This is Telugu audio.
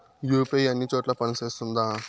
యు.పి.ఐ అన్ని చోట్ల పని సేస్తుందా?